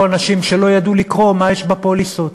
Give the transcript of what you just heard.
אנשים שלא ידעו לקרוא מה יש בפוליסות.